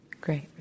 Great